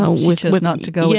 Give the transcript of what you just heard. ah which was not to go yeah